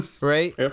right